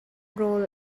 rawl